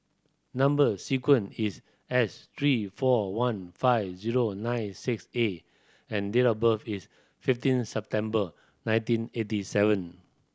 number sequence is S three four one five zero nine six A and date of birth is fifteen September nineteen eighty seven